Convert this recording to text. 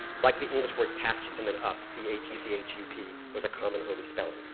like the english word catch and then up, c a t c h u p was a common early spelling.